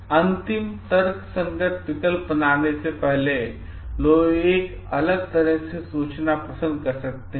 अंतिम तर्कसंगत विकल्प बनाने से पहले लोग एक अलग तरह से सोचना पसंद कर सकते हैं